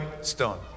stone